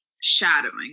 shadowing